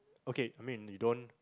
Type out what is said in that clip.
okay I mean you don't